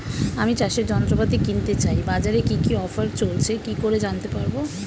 আমি চাষের যন্ত্রপাতি কিনতে চাই বাজারে কি কি অফার চলছে কি করে জানতে পারবো?